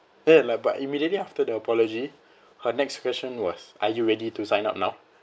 then like but immediately after the apology her next question was are you ready to sign up now